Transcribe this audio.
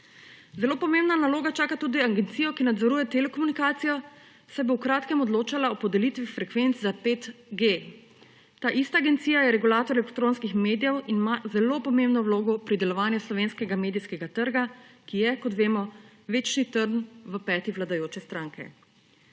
Zelo pomembna naloga čaka tudi agencijo, ki nadzoruje telekomunikacije, saj bo v kratkem odločala o podelitvi frekvenc za 5G. Ta ista agencija je regulator elektronskih medijev in ima zelo pomembno vlogo pri delovanju slovenskega medijskega trga, ki je, kot vemo, večni trn v peti vladajoče stranke.